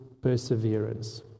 perseverance